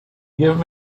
give